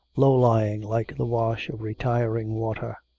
low-lying like the wash of retiring water.